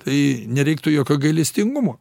tai nereiktų jokio gailestingumo